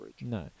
No